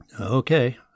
Okay